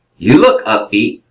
you look upbeat.